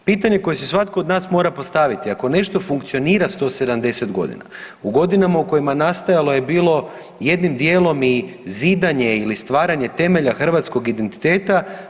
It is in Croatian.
Pitanje koje si svatko od nas mora postaviti ako nešto funkcionira 170 godina u godinama u kojima je nastojalo je bilo jednim dijelom i zidanje ili stvaranje temelja hrvatskog identiteta.